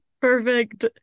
Perfect